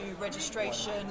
registration